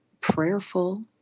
prayerful